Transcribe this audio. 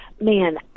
man